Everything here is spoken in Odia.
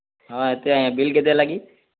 ହଁ ଏତ୍କି ଆଜ୍ଞା ବିଲ୍ କେତେ ହେଲା କି